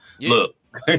look